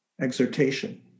exhortation